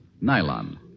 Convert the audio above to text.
nylon